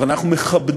אבל אנחנו מכבדים